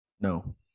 No